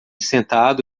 sentado